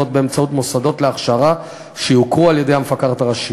זאת באמצעות מוסדות להכשרה שיוכרו על-ידי המפקחת הראשית.